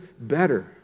better